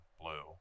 blue